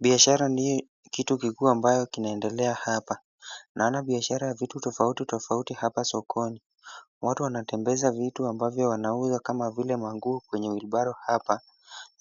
Biashara ndio kitu kikuu ambayo inaendelea hapa. Naona biashara ya vitu tofauti tofauti hapa sokini. Watu wanatembea vitu ambazo wanauza kama vile manguo kwenye wheelbarrow hapa,